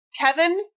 Kevin